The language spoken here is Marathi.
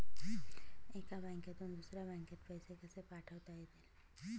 एका बँकेतून दुसऱ्या बँकेत पैसे कसे पाठवता येतील?